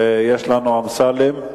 ויש לנו אמסלם.